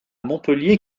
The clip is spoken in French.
montpellier